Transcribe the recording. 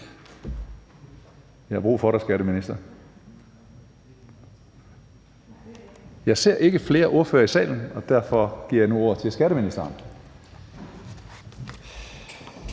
jeg har brug for dig, skatteminister. Jeg ser ikke flere ordførere i salen, og derfor giver jeg nu ordet til skatteministeren.